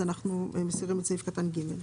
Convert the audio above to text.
לכן אנחנו מסירים את סעיף קטן (ג).